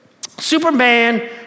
Superman